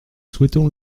souhaitons